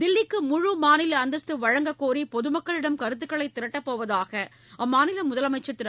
தில்லிக்கு முழு மாநில அந்தஸ்து வழங்கக் கோரி பொதுமக்களிடம் கருத்துகளை திரட்டப் போவதாக அம்மாநில முதலமைச்சர் திரு